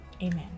Amen